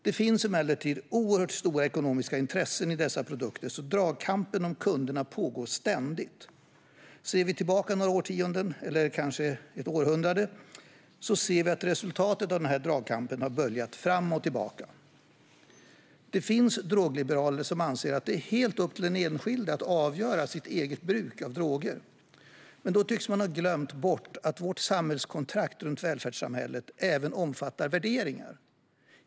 Det finns emellertid oerhört stora ekonomiska intressen i dessa produkter, så dragkampen om kunderna pågår ständigt. Ser vi tillbaka några årtionden, eller kanske hundra år, så ser vi att resultatet av dragkampen har böljat fram och tillbaka. Det finns drogliberaler som anser att det är helt upp till den enskilde att avgöra sitt eget bruk av droger. Men då tycks man ha glömt bort att vårt samhällskontrakt runt välfärdssamhället även omfattar värderingar.